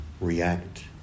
react